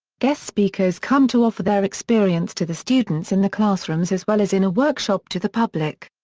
guest speakers come to offer their experience to the students in the classrooms as well as in a workshop to the public.